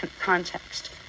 context